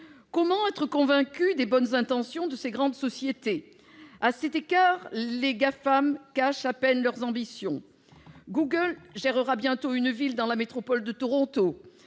Comment être convaincu des bonnes intentions de ces grandes sociétés ? Les Gafam cachent à peine leurs ambitions : Google gérera bientôt une ville dans la métropole de Toronto